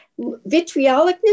vitriolicness